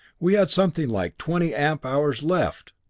we had something like twenty amp-hours left!